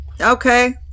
okay